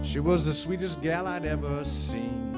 when she was the sweetest gal i'd ever seen